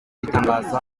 bitangaza